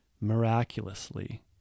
miraculously